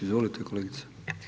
Izvolite kolegice.